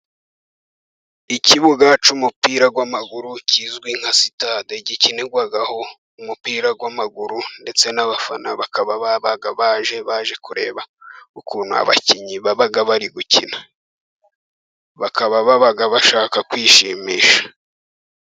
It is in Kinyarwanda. Ikibuga cy'umupira w'amaguru kizwi nka sitade gikinirwaho umupira w'amaguru ndetse n'abafana bakaba baje baje kureba ukuntu abakinnyi baba bari gukina, bakaba bashaka kwishimisha.